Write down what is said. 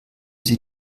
sie